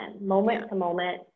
moment-to-moment